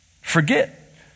Forget